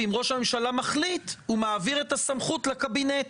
ואם ראש הממשלה מחליט הוא מעביר את הסמכות לקבינט,